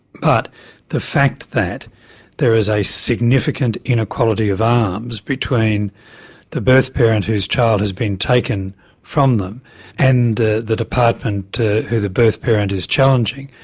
but the fact that there is a significant inequality of arms between the birth parent whose child has been taken from them and the the department who the birth parent is challenging,